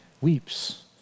weeps